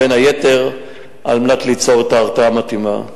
בין היתר על מנת ליצור את ההרתעה המתאימה.